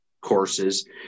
courses